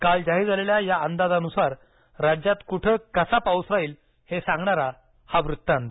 काल जाहीर जाहीर झालेल्या या अंदाजानुसार राज्यात कुठे कसा पाऊस राहील हे सांगणारा हा वृत्तांत